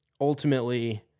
ultimately